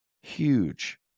huge